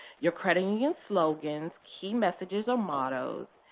your credit union's slogan, key messages, or mottos,